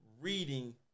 reading